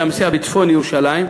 בצפון ירושלים,